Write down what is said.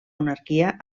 monarquia